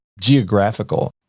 geographical